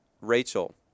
Rachel